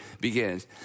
begins